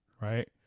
right